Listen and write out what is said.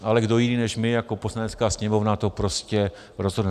Ale kdo jiný než my jako Poslanecká sněmovna to prostě rozhodne?